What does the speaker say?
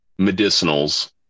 medicinals